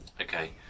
Okay